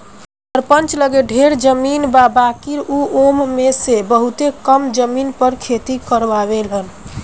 सरपंच लगे ढेरे जमीन बा बाकिर उ ओमे में से बहुते कम जमीन पर खेती करावेलन